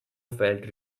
felt